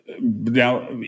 now